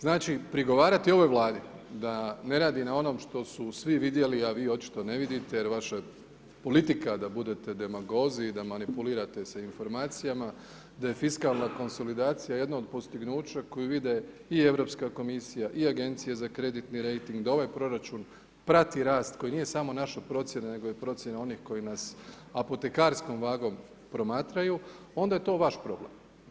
Znači prigovarati ovoj Vladi da ne radi na onom što su svi vidjeli a vi očito ne vidite jer vaša je politika da budete demagozi i da manipulirate sa informacijama da je fiskalna konsolidacija jedna od postignuća koju vide i Europska komisija i Agencije za kreditni rejting, da ovaj proračun prati rast koji nije samo naša procjena nego je i procjena onih koji nas, apotekarskom vagom promatraju, onda je to vaš problem.